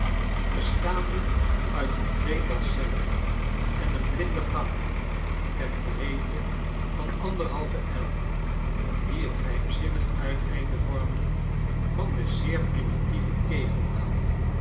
bestaande uit een tweetal cellen en een blinde gang ter breedte van anderhalve el die het geheimzinnig uiv einde vormde van de zeer primitieve kegelbaan